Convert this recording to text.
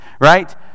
right